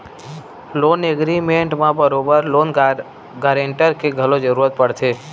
loan agreement म बरोबर loan guarantor के घलो जरुरत पड़थे